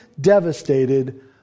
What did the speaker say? devastated